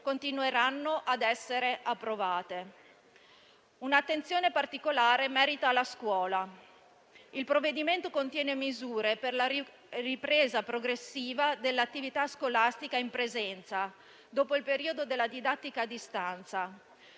continueranno a essere approvate. Un'attenzione particolare merita la scuola. Il provvedimento contiene misure per la ripresa progressiva dell'attività scolastica in presenza dopo il periodo della didattica a distanza.